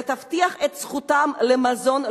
ותבטיח את זכותם למזון,